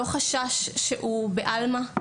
לא מדובר בחשש שהוא בעלמא,